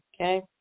Okay